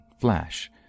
flash